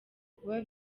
kuba